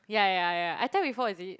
ya ya ya I tell you before is it